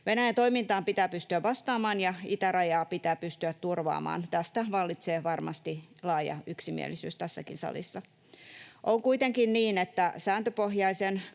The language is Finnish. Venäjän toimintaan pitää pystyä vastaamaan, ja itärajaa pitää pystyä turvaamaan — tästä vallitsee varmasti laaja yksimielisyys tässäkin salissa. On kuitenkin niin, että sääntöpohjaisen